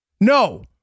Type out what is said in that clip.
No